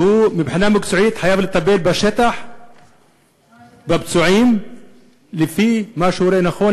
ומבחינה מקצועית הוא חייב לטפל בפצועים בשטח לפי מה שהוא רואה לנכון,